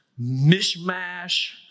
mishmash